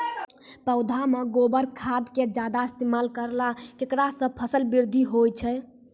पौधा मे गोबर खाद के ज्यादा इस्तेमाल करौ ऐकरा से फसल बृद्धि होय छै?